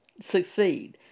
succeed